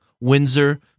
Windsor